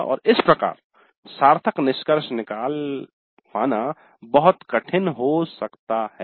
और इस प्रकार सार्थक निष्कर्ष निकाल पाना बहुत कठिन हो सकता है